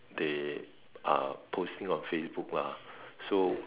they are posting on Facebook lah so